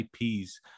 IPs